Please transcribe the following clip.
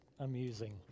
Amusing